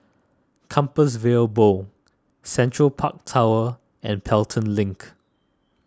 Compassvale Bow Central Park Tower and Pelton Link